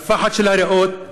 נפחת של הריאות,